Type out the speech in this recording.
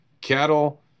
cattle